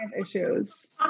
issues